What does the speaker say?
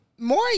More